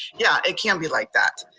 yeah, it can be like that.